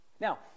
Now